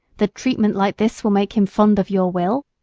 that treatment like this will make him fond of your will?